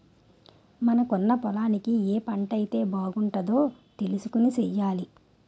మనకున్న పొలానికి ఏ పంటైతే బాగుంటదో తెలుసుకొని సెయ్యాలి